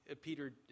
Peter